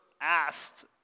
asked